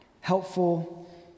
helpful